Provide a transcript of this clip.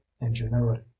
ingenuity